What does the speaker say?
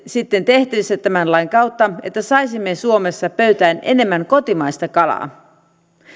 sitten tehtävissä tämän lain kautta että saisimme suomessa pöytään enemmän kotimaista kalaa